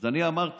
אז אני אמרתי,